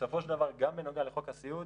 ובסופו של דבר גם בנוגע לחוק הסיעוד